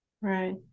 right